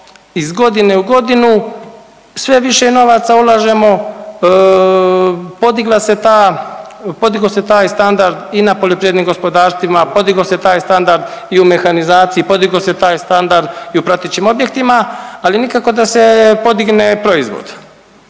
iz godine u godinu sve više novaca ulažemo, podigla se ta, podigao se taj standard i na poljoprivrednim gospodarstvima, podigao se taj standard i u mehanizaciji, podigao se taj standard i u pratećim objektima, ali nikako da se podigne proizvod.